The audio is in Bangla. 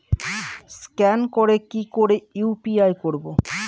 স্ক্যান করে কি করে ইউ.পি.আই করবো?